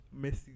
Messi